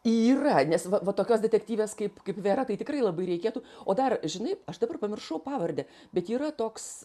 yra nes va va tokios detektyvės kaip kaip vera tai tikrai labai reikėtų o dar žinai aš dabar pamiršau pavardę bet yra toks